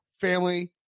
family